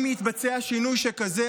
אם יתבצע שינוי שכזה,